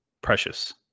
precious